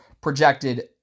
Projected